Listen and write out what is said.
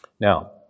Now